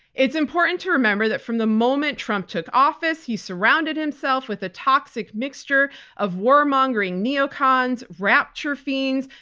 it's important to remember that from the moment trump took office, he surrounded himself with a toxic mixture of war-mongering neo-cons, rapture fiends,